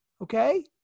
okay